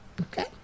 Okay